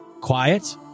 quiet